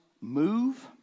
move